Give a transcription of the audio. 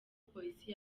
polisi